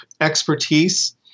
expertise